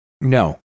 No